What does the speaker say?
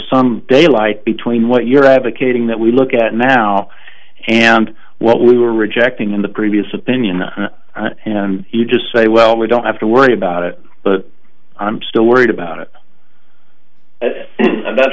some daylight between what you're advocating that we look at now and what we were rejecting in the previous opinion and you just say well we don't have to worry about it but i'm still worried about it and that's